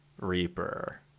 Reaper